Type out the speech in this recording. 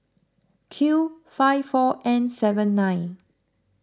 Q five four N seven nine